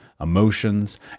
emotions